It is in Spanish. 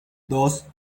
dos